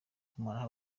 kumaraho